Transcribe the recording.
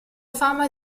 fama